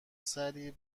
سری